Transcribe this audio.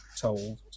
told